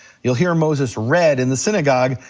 you'll hear moses read in the synagogue,